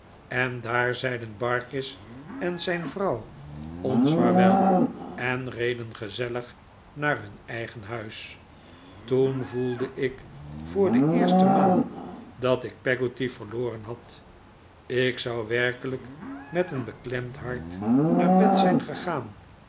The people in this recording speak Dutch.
en daar zeiden barkis en zijh vrouw ons vaarwel en reden gezellig naar hun eigen huis toen voelde ik voor de eerste maal dat ik peggotty verloren had ik zou werkelijk met een beklemd hart naar bed zijn gegaan